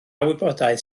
wybodaeth